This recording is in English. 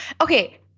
Okay